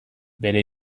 bere